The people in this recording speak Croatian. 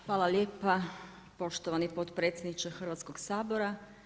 Hvala lijepo poštovani potpredsjedniče Hrvatskog sabora.